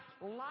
Life